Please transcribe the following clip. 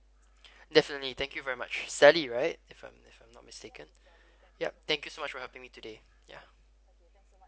definitely thank you very much sally right if I'm not mistaken yup thank you so much for helping me today ya